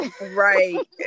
Right